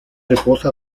reposa